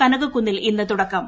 കനകക്കുന്നിൽ ഇന്ന് തുടക്കം